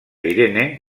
irene